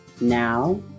now